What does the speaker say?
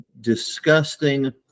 disgusting